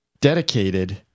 dedicated